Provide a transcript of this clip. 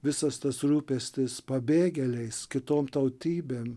visas tas rūpestis pabėgėliais kitom tautybėm